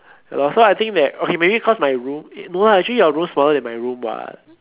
ya lor so I think that okay maybe cause my room eh no lah actually your room smaller than my room what